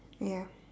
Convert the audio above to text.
ya